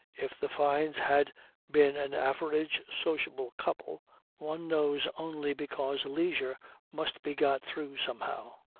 if the fynes had been an average sociable couple one knows only because leisure must be got through somehow,